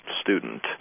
student